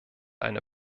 eine